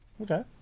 Okay